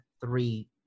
three